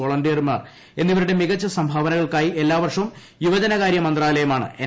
വോളന്റിയർമാർ എന്നിവരുടെ മികച്ച സംഭാവനകൾക്കായി എല്ലാവർഷവും യുവജനകാര്യമന്ത്രാലയമാണ് എൻ